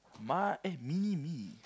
my eh mini me